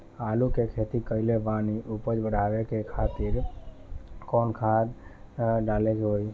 आलू के खेती कइले बानी उपज बढ़ावे खातिर कवन खाद डाले के होई?